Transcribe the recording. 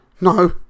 No